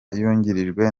yungirijwe